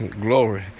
Glory